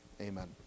amen